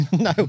No